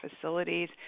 facilities